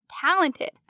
talented